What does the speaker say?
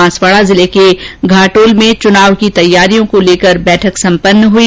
बांसवाडा जिले के घाटोल में चुनाव की तैयारियों को लेकर बैठक आयोजित की गई